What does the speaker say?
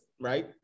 right